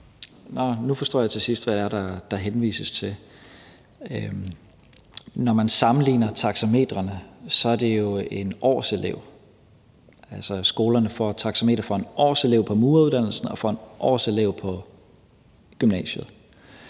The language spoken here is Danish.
Nu forstår jeg til sidst, hvad det er, der henvises til. Når man sammenligner taxametrene, er det jo en årselev, altså skolerne får taxameter for en årselev på mureruddannelsen og for en årselev på gymnasiet.